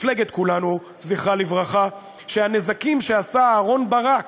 מפלגת כולנו, זכרה לברכה, שהנזקים שעשה אהרן ברק